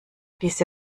diese